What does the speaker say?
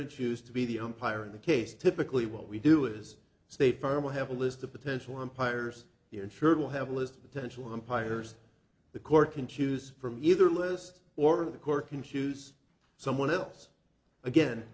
to choose to be the empire in the case typically what we do is state farm will have a list of potential empires the insurer will have a list of potential empires the court can choose from either list or the court can choose someone else again